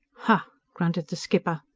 hah! grunted the skipper.